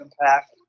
impact